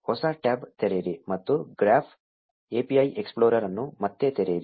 ಹೊಸ ಟ್ಯಾಬ್ ತೆರೆಯಿರಿ ಮತ್ತು ಗ್ರಾಫ್ API ಎಕ್ಸ್ಪ್ಲೋರರ್ ಅನ್ನು ಮತ್ತೆ ತೆರೆಯಿರಿ